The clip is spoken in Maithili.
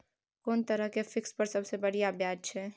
कोन तरह के फिक्स पर सबसे बढ़िया ब्याज छै?